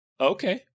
Okay